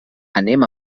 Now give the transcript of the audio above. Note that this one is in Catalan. anem